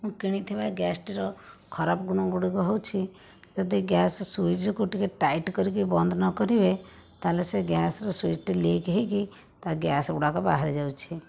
ମୁଁ କିଣିଥିବା ଗ୍ୟାସ୍ଟିର ଖରାପ ଗୁଣଗୁଡ଼ିକ ହେଉଛି ଯଦି ଗ୍ୟାସ୍ ସ୍ଵିଚ୍କୁ ଟିକିଏ ଟାଇଟ୍ କରିକି ବନ୍ଦ ନକରିବେ ତା'ହେଲେ ସେ ଗ୍ୟାସ୍ର ସ୍ଵିଚ୍ଟି ଲିକ୍ ହୋଇକି ତା ଗ୍ୟାସ୍ଗୁଡ଼ାକ ବାହାରି ଯାଉଛି